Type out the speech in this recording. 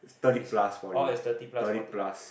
is orh it's thirty plus forty